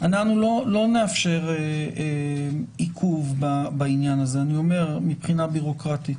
אנחנו לא נאפשר עיכוב בעניין הזה מבחינה ביורוקרטית.